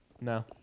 No